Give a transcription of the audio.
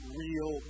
real